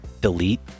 delete